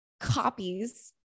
copies